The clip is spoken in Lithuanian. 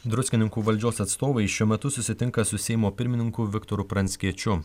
druskininkų valdžios atstovai šiuo metu susitinka su seimo pirmininku viktoru pranckiečiu